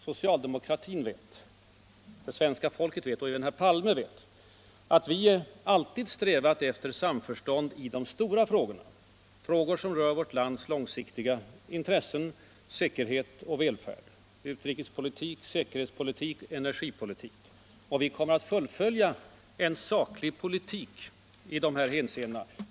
Socialdemokratin vet, det svenska folket vet och även herr Palme vet att vi alltid strävat efter samförstånd i de stora frågorna, frågor som rör vårt lands långsiktiga intressen — säkerhet och välfärd, utrikespolitik, säkerhetspolitik och energipolitik. Vi kommer att fullfölja en saklig politik i dessa hänseenden.